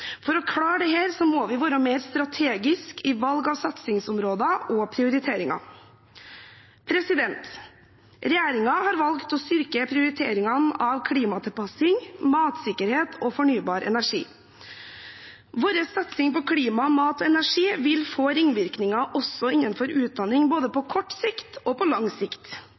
For å klare dette må vi være mer strategiske i valg av satsingsområder og prioriteringer. Regjeringen har valgt å styrke prioriteringene av klimatilpassing, matsikkerhet og fornybar energi. Vår satsing på klima, mat og energi vil få ringvirkninger også innenfor utdanning, på både kort og lang sikt.